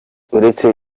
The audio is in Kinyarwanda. uretse